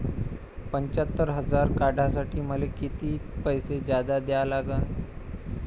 पंच्यात्तर हजार काढासाठी मले कितीक पैसे जादा द्या लागन?